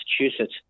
Massachusetts